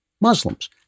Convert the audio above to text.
Muslims